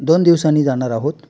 दोन दिवसांनी जाणार आहोत